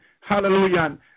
hallelujah